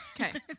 Okay